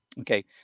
okay